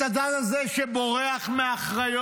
את הצד הזה שבורח מהאחריות.